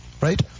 Right